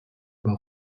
über